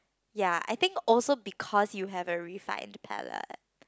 ya I think also because you have a refined palate